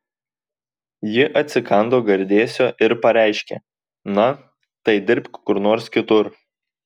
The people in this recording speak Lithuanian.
ji atsikando gardėsio ir pareiškė na tai dirbk kur nors kitur